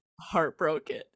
heartbroken